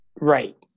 Right